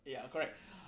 ya correct